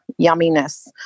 yumminess